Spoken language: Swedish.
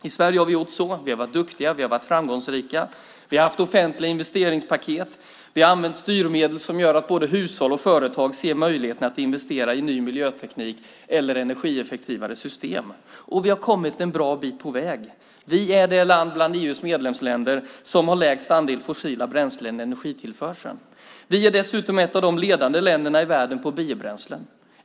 I Sverige har vi varit duktiga och framgångsrika. Vi har haft offentliga investeringspaket. Vi har använt styrmedel som gör att både hushåll och företag ser möjligheten att investera i ny miljöteknik eller energieffektivare system, och vi har kommit en bra bit på väg. Vi är det land bland EU:s medlemsländer som har lägst andel fossila bränslen i energitillförseln. Vi är dessutom ett av de ledande länderna i världen när det gäller biobränslen.